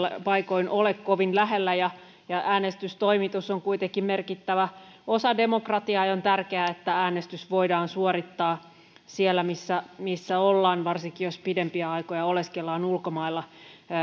paikoin ole kovin lähellä ja ja äänestystoimitus on kuitenkin merkittävä osa demokratiaa ja on tärkeää että äänestys voidaan suorittaa siellä missä missä ollaan varsinkin jos pidempiä aikoja oleskellaan ulkomailla